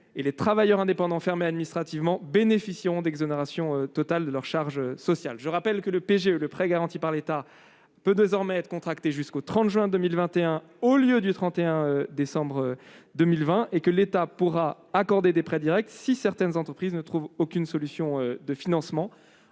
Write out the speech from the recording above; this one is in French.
et les travailleurs indépendants fermés administrativement bénéficieront d'une exonération totale de leurs charges sociales. Je rappelle que le prêt garanti par l'État, le PGE, peut désormais être contracté jusqu'au 30 juin 2021, au lieu du 31 décembre 2020, et que l'État pourra accorder des prêts directs si certaines entreprises ne trouvent aucune solution de financement.